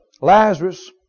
Lazarus